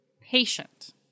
Patient